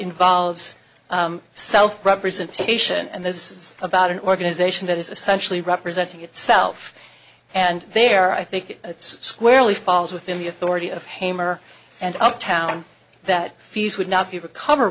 involves south representation and this is about an organization that is essentially representing itself and there i think it's squarely falls within the authority of hammer and uptown that fees would not be recover